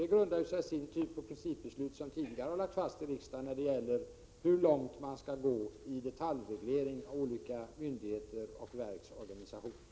Detta grundar sig i sin tur på tidigare principbeslut i riksdagen om hur långt man skall gå i fråga om detaljreglering av olika verks och myndigheters organisation.